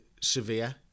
severe